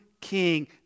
king